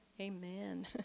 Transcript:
Amen